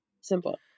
Simple